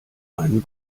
reinen